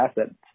assets